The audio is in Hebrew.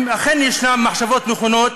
אם אכן יש מחשבות נכונות,